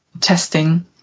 testing